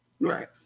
Right